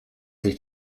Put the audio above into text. sich